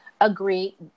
agree